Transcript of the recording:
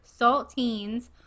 saltines